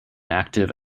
active